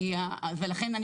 ולכן,